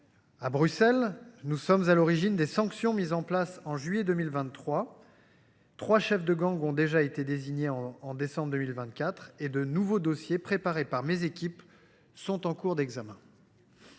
spécifiques. Nous sommes à l’origine des sanctions mises en place par l’Union européenne en juillet 2023. Trois chefs de gangs ont déjà été désignés en décembre 2024 et de nouveaux dossiers préparés par mes équipes sont en cours d’examen